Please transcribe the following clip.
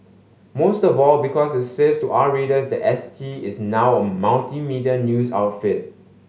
most of all because it says to our readers that S T is now a multimedia news outfit